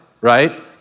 right